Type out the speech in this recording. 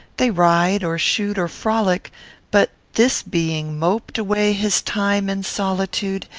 they ride, or shoot, or frolic but this being moped away his time in solitude,